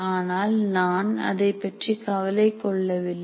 ஆனால் நான் அதைப்பற்றி கவலை கொள்ளவில்லை